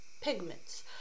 pigments